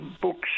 books